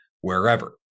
wherever